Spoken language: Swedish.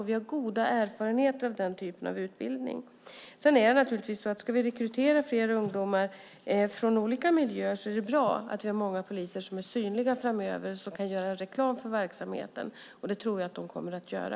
Vi har goda erfarenheter av den typen av utbildning. Om vi ska rekrytera fler ungdomar från olika miljöer är det bra att vi har många poliser som är synliga framöver och som kan göra reklam för verksamheten. Det tror jag också att de kommer att göra.